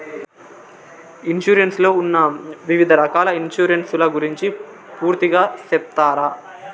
Insurance లో ఉన్న వివిధ రకాల ఇన్సూరెన్సు ల గురించి పూర్తిగా సెప్తారా?